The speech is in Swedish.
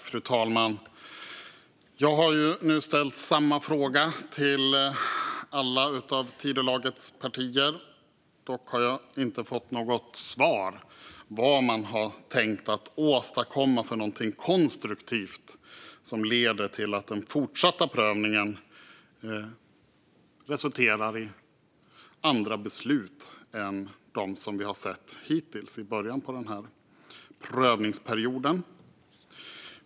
Fru talman! Jag har nu ställt samma fråga till alla Tidölagets partier. Dock har jag inte fått något svar på vad man har tänkt att åstadkomma för någonting konstruktivt som leder till att den fortsatta prövningen resulterar i andra beslut än dem vi sett hittills i början av prövningsperioden.